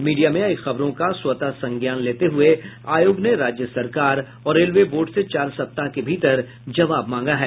media में आयी खबरों का स्वतः संज्ञान लेते हुए आयोग ने राज्य सरकार और रेलवे बोर्ड से चार सप्ताह के भीतर जवाब मांगा है